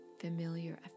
familiar